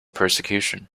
persecution